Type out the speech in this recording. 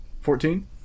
Fourteen